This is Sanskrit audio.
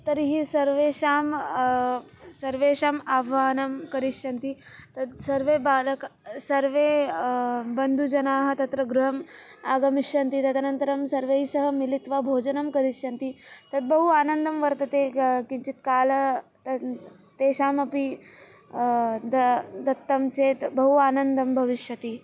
तर्हि सर्वेषां सर्वेषाम् आह्वानं करिष्यन्ति तद् सर्वे बालकाः सर्वे बन्धुजनाः तत्र गृहम् आगमिष्यन्ति तदनन्तरं सर्वैः सह मिलित्वा भोजनं करिष्यन्ति तद् बहु आनन्दं वर्तते क किञ्चित् कालं तन् तेषामपि दत्तं चेत् बहु आनन्दं भविष्यति